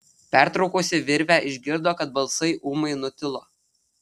pertraukusi virvę išgirdo kad balsai ūmai nutilo